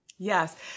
Yes